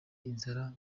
inzara